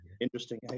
interesting